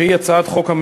הצעות חוק,